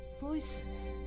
voices